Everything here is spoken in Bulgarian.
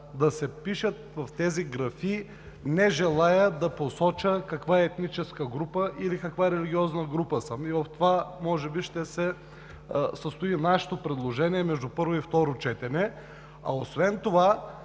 да се впише в тези графи: „Не желая да посоча каква етническа група или каква религиозна група съм.“ В това може би ще се състои нашето предложение между първо и второ четене. Също така това